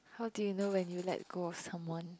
how do you know when you let go of someone